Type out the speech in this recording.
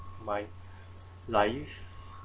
my life